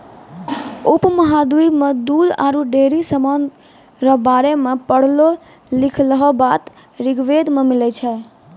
उपमहाद्वीप मे दूध आरु डेयरी समान रो बारे मे पढ़लो लिखलहा बात ऋग्वेद मे मिलै छै